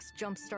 jumpstart